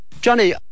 Johnny